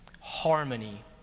harmony